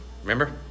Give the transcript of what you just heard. Remember